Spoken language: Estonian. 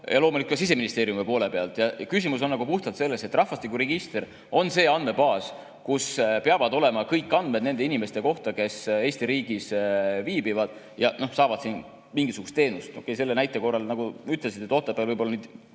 ja loomulikult ka Siseministeeriumi poolt. Küsimus on puhtalt selles, et rahvastikuregister on see andmebaas, kus peavad olema kõik andmed nende inimeste kohta, kes Eesti riigis viibivad ja saavad siin mingisugust teenust. Otepää näite korral, nagu te ütlesite, võib-olla ei